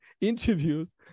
interviews